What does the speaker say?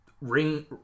Ring